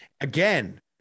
again